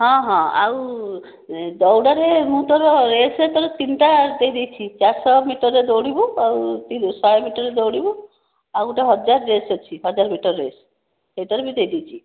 ହଁ ହଁ ଆଉ ଦୌଡ଼ରେ ମୁଁ ତୋର ରେସରେ ଯେ ତୋର ତିନିଟା ଦେଇ ଦେଇଛି ଚାରି ଶହ ମିଟରରେ ଦୌଡ଼ିବୁ ଆଉ ତ ଶହେ ମିଟରରେ ଦୌଡ଼ିବୁ ଆଉ ଗୋଟେ ହଜାର ରେସ ଅଛି ହଜାର ମିଟରରେ ସେଇଟାରେ ବି ଦେଇ ଦେଇଛି